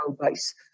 base